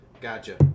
gotcha